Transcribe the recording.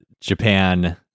Japan